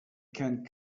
can